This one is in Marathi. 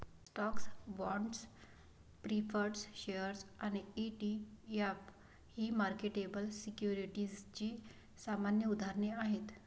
स्टॉक्स, बाँड्स, प्रीफर्ड शेअर्स आणि ई.टी.एफ ही मार्केटेबल सिक्युरिटीजची सामान्य उदाहरणे आहेत